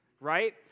right